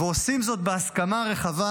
ועושים זאת בהסכמה רחבה,